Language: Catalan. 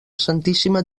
santíssima